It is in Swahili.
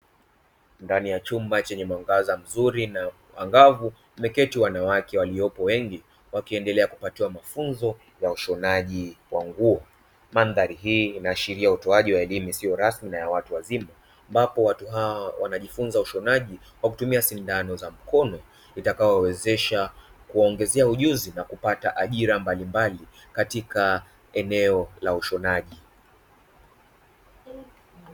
Ndani ya chumba chenye mwangaza mzuri na angavu wameketi wanawake waliokuwepo wengi wakipewa mafunzo ya ushonaji wa nguo. Mandhari hii inaashiria utoaji wa elimu isiyo rasmi na ya watu wazima ambapo watu hao wanajifunza ushonaji kwa kutumia sindano za mkononi, zitakaowezesha kuongezea ujuzi na kupata ajira mbalimbali katika eneo la ushonaji.